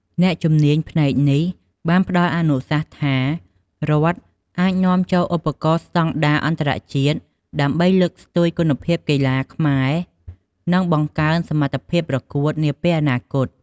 អ្នកជំនាញផ្នែកនេះបានផ្តល់អនុសាសន៍ថា រដ្ឋអាចនាំចូលឧបករណ៍ស្តង់ដារអន្តរជាតិ ដើម្បីលើកស្ទួយគុណភាពកីឡាករខ្មែរ និងបង្កើនសមត្ថភាពប្រកួតនាពេលអនាគត។